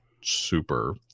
super